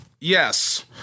yes